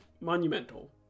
monumental